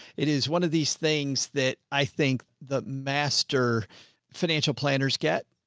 it is one of these things that i think the master financial planners get.